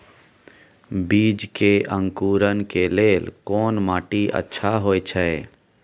बीज के अंकुरण के लेल कोन माटी अच्छा होय छै?